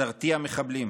שתרתיע מחבלים